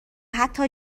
حتی